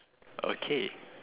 okay